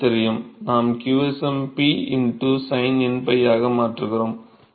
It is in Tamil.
நாம் qsm P sin n 𝞹 ஆக மாற்றுகிறோம்